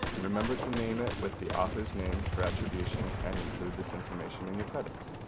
remember to name it with the author's name for attribution, and include this information in your credits.